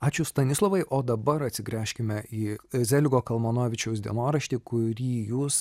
ačiū stanislovai o dabar atsigręžkime į zeligo kalmanovičiaus dienoraštį kurį jūs